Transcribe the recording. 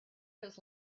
his